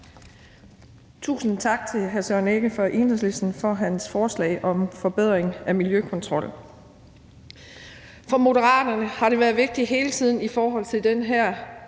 Tusind tak til hr. Søren Egge Rasmussen fra Enhedslisten for hans forslag om forbedring af miljøkontrol. For Moderaterne har det hele tiden været vigtigt i forhold til den her